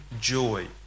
joy